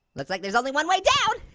looks like there's only one way down.